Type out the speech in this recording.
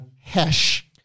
Hesh